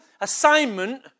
assignment